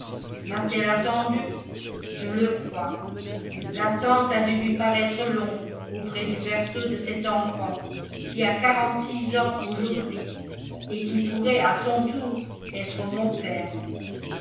mat elle attendu je le crois l'attente a dû lui paraître longue auprès du berceau de cet enfant qui a quarante-six ans aujourd'hui et qui pourrait à son tour être mon père